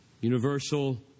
Universal